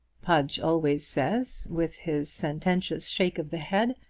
pudge always says, with his sententious shake of the head,